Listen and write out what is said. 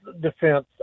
defense